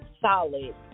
solid